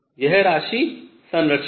यह राशि संरक्षित है